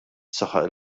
saħaq